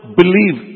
believe